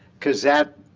because that